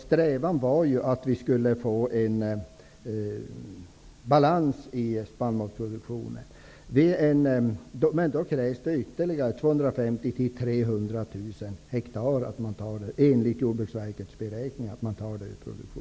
Strävan var ju att åstadkomma en balans i spannmålsproduktionen, men då krävs det att man tar ytterligare 250